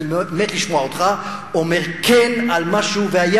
אני מת לשמוע אותך אומר: כן, על משהו: והיה